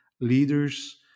leaders